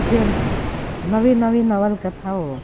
જેમ નવી નવી નવલકથાઓ